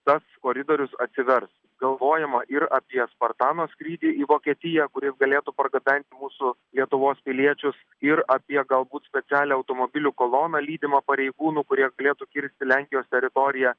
tas koridorius atsivers galvojama ir apie spartano skrydį į vokietiją kuris galėtų pargabenti mūsų lietuvos piliečius ir apie galbūt specialią automobilių koloną lydimą pareigūnų kurie galėtų kirsti lenkijos teritoriją